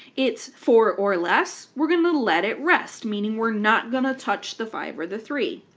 it's four or less, we're going to let it rest, meaning we're not going to touch the five or the three.